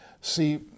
See